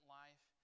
life